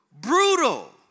brutal